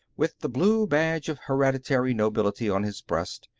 with the blue badge of hereditary nobility on his breast,